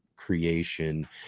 creation